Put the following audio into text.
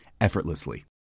effortlessly